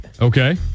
Okay